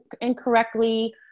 incorrectly